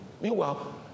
Meanwhile